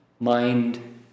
mind